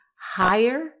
higher